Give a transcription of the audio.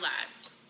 lives